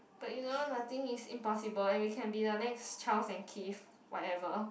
but you know nothing is impossible and we can be the next Charles and Keith whatever